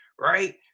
right